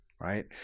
right